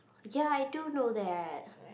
ya I do know that